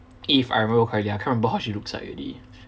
if I remember correctly ah I can't remember how she looks like already